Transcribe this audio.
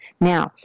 Now